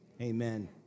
Amen